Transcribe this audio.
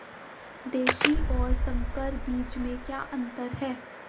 देशी और संकर बीज में क्या अंतर है?